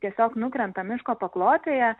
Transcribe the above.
tiesiog nukrenta miško paklotėje